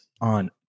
on